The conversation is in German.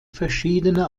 verschiedene